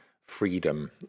freedom